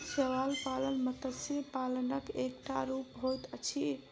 शैवाल पालन मत्स्य पालनक एकटा रूप होइत अछि